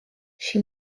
she